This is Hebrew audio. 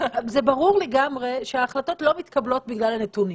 לגמרי שההחלטות לא מתקבלות בגלל שהנתונים